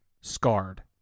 scarred